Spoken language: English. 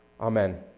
Amen